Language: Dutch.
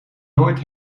nooit